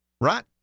right